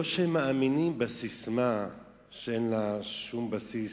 לא שהם מאמינים בססמה שאין לה שום בסיס,